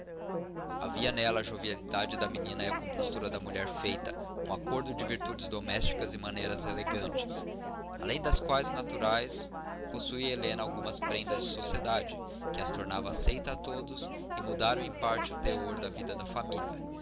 havia nela a jovialidade da menina e a compostura da mulher feita um acordo de virtudes domésticas e maneiras elegantes além das qualidades naturais possuía helena algumas prendas de sociedade que a tornavam aceita a todos e mudaram em parte o teor da vida da família